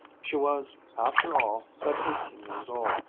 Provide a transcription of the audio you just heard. she was, after all, but eighteen years old,